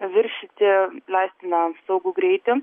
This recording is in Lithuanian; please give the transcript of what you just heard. viršyti leistiną saugų greitį